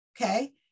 Okay